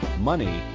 money